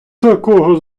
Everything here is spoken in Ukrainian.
такого